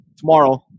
tomorrow